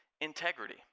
integrity